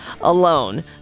alone